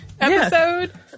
episode